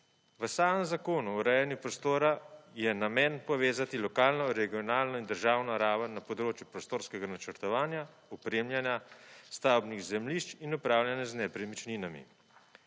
V samem Zakonu o urejanju prostora je namen povezati lokalno, regionalno in državno raven na področju prostorskega načrtovanja, opremljanja stavbnih zemljišč in upravljanja z nepremičninami.